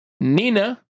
Nina